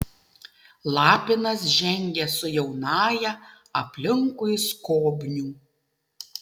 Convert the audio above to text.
lapinas žengė su jaunąja aplinkui skobnių